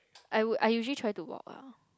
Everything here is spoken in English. I would I usually try to walk ah